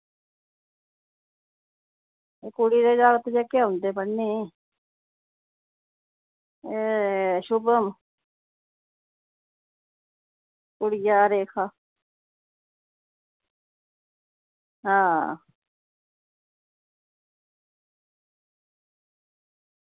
एह् कुड़ी ते जागत जेह्के औंदे पढ़ने ई एह् शुभम कुड़िया रेखा हां